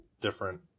different